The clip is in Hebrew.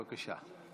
בבקשה.